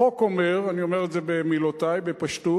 החוק אומר, אני אומר את זה במילותי, בפשטות,